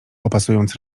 opasując